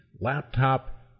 laptop